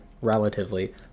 relatively